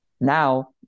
now